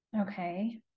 Okay